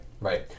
Right